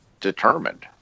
determined